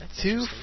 two